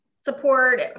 support